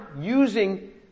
using